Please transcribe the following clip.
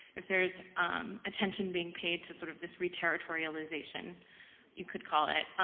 if there's attention being paid to sort of this re-territorialization you could call it,